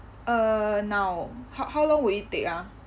uh now h~ how long will it take ah